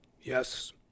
Yes